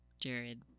Jared